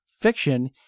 fiction